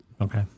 okay